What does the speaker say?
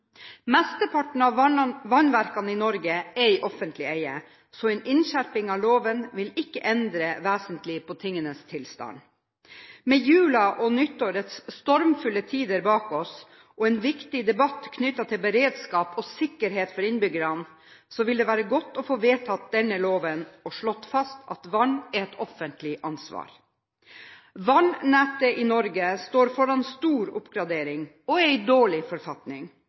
Mesteparten av vannverkene i Norge er i offentlig eie, så en innskjerping av loven vil ikke endre vesentlig på tingenes tilstand. Med julen og nyttårets stormfulle tider bak oss og en viktig debatt knyttet til beredskap og sikkerhet for innbyggerne, vil det være godt å få vedtatt denne loven og slått fast at vann er et offentlig ansvar. Vannettet i Norge står foran stor oppgradering og er i dårlig forfatning.